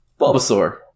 Bulbasaur